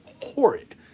horrid